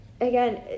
Again